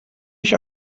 ich